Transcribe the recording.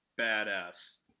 badass